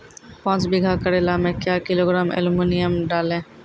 पाँच बीघा करेला मे क्या किलोग्राम एलमुनियम डालें?